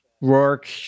Rourke